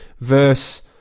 Verse